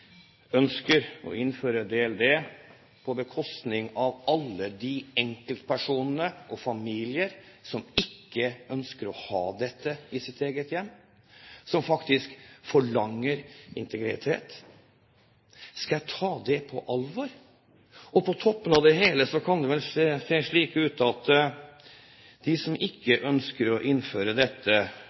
ønsker å innføre datalagringsdirektivet, DLD, på bekostning av alle de enkeltpersoner og familier som ikke ønsker å ha dette i sitt eget hjem, som faktisk forlanger integritet? Skal jeg ta det på alvor? På toppen av det hele kan det se ut til at de som ikke ønsker å innføre dette,